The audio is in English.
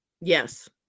Yes